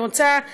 אני רוצה לדבר,